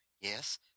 yes